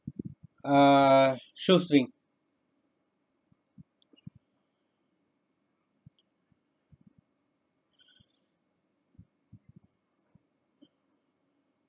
uh shoestring